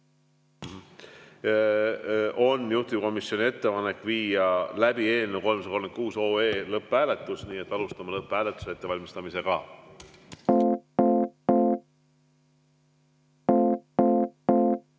on juhtivkomisjoni ettepanek viia läbi eelnõu 336 lõpphääletus. Alustame lõpphääletuse ettevalmistamist.